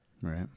right